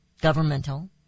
governmental